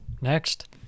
Next